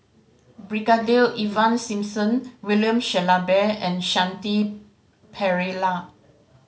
Brigadier Ivan Simson William Shellabear and Shanti Pereira